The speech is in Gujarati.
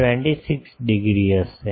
26 ડિગ્રી હશે